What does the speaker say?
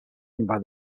charging